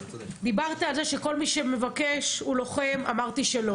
דיברת על זה שכל מי שמבקש הוא לוחם, אמרתי שלא.